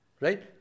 Right